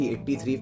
83